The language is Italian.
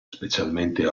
specialmente